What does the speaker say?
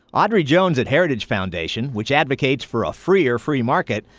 audrey jones at heritage foundation, which advocates for a freer free market,